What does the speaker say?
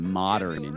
modern